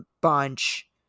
bunch